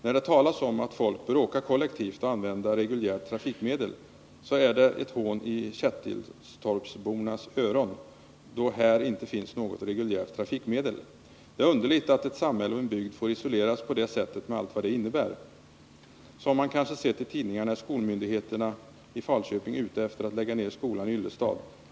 När det talas om att folk bör åka kollektivt och använda reguljärt trafikmedel är det som ett hån i Kättiltorpsbornas öron, då här inte finns något reguljärt trafikmedel. Det är underligt att ett samhälle och en bygd får isoleras på det sättet med allt vad det innebär. Som Du kanske sett i tidningarna är skolmyndigheterna i Falköping ute efter att lägga ned skolan i Yllestad.